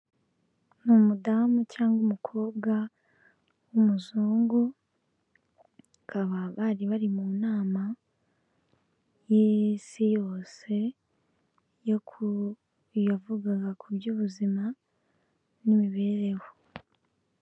Ni umudamu cyangwa umukobwa w'umuzungu, bakaba bari bari mu nama y'isi yose, yavugaga ku by'ubuzima n'imibereho.